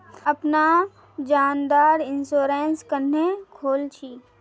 अपना जान डार इंश्योरेंस क्नेहे खोल छी?